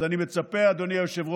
אז אני מצפה, אדוני היושב-ראש,